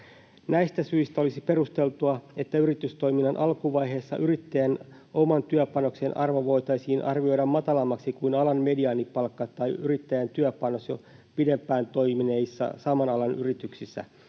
Näistä syistä olisi perusteltua, että yritystoiminnan alkuvaiheessa yrittäjän oman työpanoksen arvo voitaisiin arvioida matalammaksi kuin alan mediaanipalkka tai yrittäjän työpanos jo pidempään toimineissa saman alan yrityksissä,